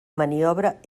maniobra